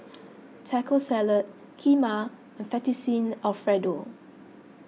Taco Salad Kheema and Fettuccine Alfredo